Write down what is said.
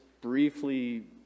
briefly